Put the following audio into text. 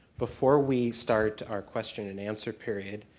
before we start our question and answer period,